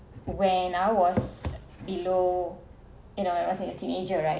when I was below and when I was a teenager right